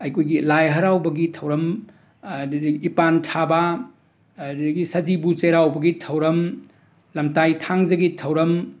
ꯑꯩꯈꯣꯏꯒꯤ ꯂꯥꯏ ꯍꯔꯥꯎꯕꯒꯤ ꯊꯧꯔꯝ ꯑꯗꯗꯤ ꯏꯄꯥꯟ ꯊꯥꯕ ꯑꯗꯗꯒꯤ ꯁꯖꯤꯕꯨ ꯆꯩꯔꯥꯎꯕꯒꯤ ꯊꯧꯔꯝ ꯂꯝꯇꯥ ꯊꯥꯡꯖꯒꯤ ꯊꯧꯔꯝ